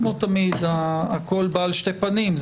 כמו תמיד הכול בעל שתי פנים,